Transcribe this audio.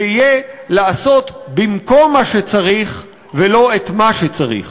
זה יהיה לעשות במקום מה שצריך ולא את מה שצריך.